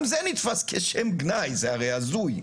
גם זה נתפס כשם גנאי, זה הרי הזוי.